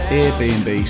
airbnb